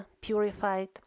purified